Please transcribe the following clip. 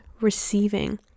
receiving